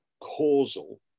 causal